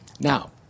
Now